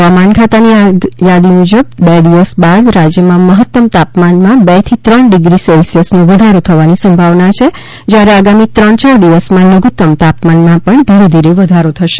હવામાન ખાતાની યાદી મુજબ બે દિવસ બાદ રાજ્યમાં મહત્તમ તાપમાનમાં બેથી ત્રણ ડિગ્રી સેલ્સીયસનો વધારો થવાની સંભાવના છે જ્યારે આગામી ત્રણ ચાર દિવસમાં લધુત્તમ તાપમાનમાં પણ ધીરે ધીરે વધારો થશે